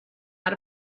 out